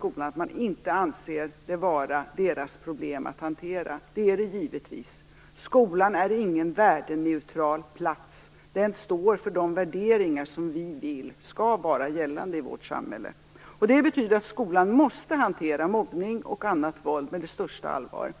De anser inte detta vara deras problem att hantera. Det är det givetvis. Skolan är ingen värdeneutral plats. Den står för de värderingar som vi vill skall vara gällande i vårt samhälle. Det betyder att skolan måste hantera mobbning och annat våld med största allvar.